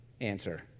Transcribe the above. answer